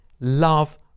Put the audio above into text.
love